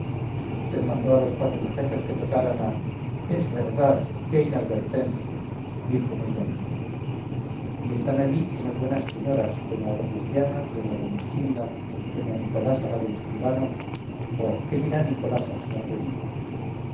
vd mandó a los cuatro muchachos que tocaran a es verdad qué inadvertencia dijo muy confundido y están allí esas buenas señoras doña robustiana doña gumersinda doña nicolasa la del escribano oh qué dirá nicolasa si no predico